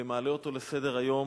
ומעלה אותו לסדר-היום.